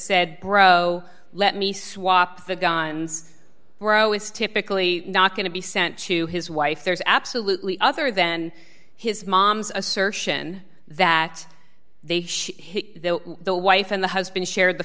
said bro let me swap the guns were is typically not going to be sent to his wife there's absolutely other than his mom's assertion that they hit the wife and the husband shared the